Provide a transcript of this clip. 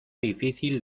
difícil